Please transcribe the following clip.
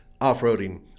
off-roading